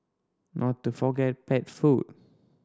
not to forget pet food